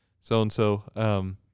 so-and-so